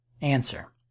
Answer